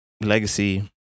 legacy